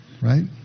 right